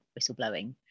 whistleblowing